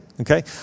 Okay